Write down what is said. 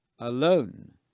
alone